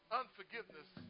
unforgiveness